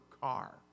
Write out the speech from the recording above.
car